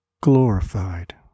glorified